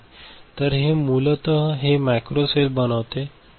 तर हे मूलत हे मॅक्रो सेल बनवते